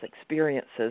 experiences